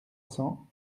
cents